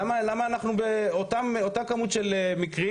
למה אנחנו באותה כמות של מקרים,